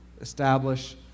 establish